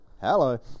Hello